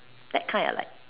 that kind I like